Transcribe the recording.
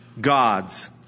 gods